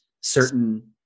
certain